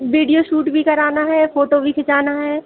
video shoot भी कराना है फ़ोटो भी खिंचाना है